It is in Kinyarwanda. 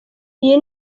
iyi